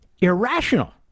irrational